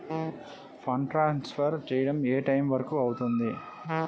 Fund transfer చేయడం ఏ time వరుకు అవుతుంది?